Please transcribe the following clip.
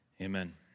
Amen